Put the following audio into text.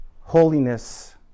holiness